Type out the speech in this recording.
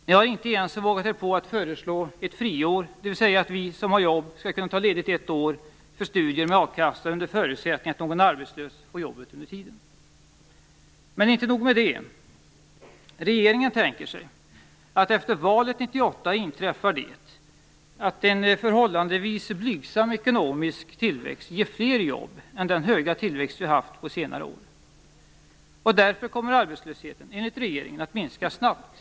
Ni har inte ens vågat er på att föreslå ett friår, dvs. att vi som har jobb skall kunna ta ledigt i ett år för studier med a-kassa under förutsättning att någon arbetslös får jobbet under tiden. Och inte nog med det! Regeringen tänker sig att efter valet 1998 inträffar en förhållandevis blygsam ekonomisk tillväxt som ger fler jobb än den höga tillväxt gett som vi har haft under senare år. Därför kommer arbetslösheten enligt regeringen att minska snabbt.